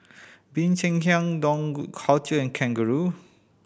Bee Cheng Hiang Dough Culture and Kangaroo